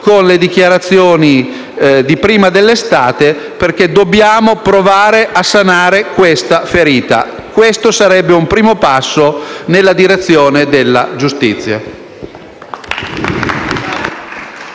con le dichiarazioni rilasciate prima dell'estate, perché dobbiamo provare a sanare la ferita. Questo sarebbe un primo passo nella direzione della giustizia.